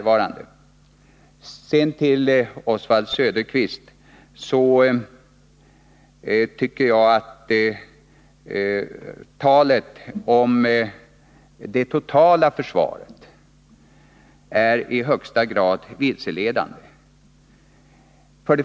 Sedan till Oswald Söderqvist: Jag tycker att talet om det totala försvaret är i högsta grad vilseledande.